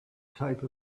type